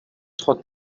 trois